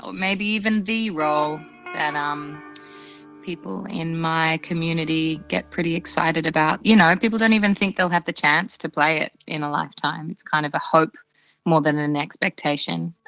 maybe even the role that. um people in my community get pretty excited about you know and people don't even think they'll have the chance to play it in a lifetime. it's kind of a hope more than an expectation.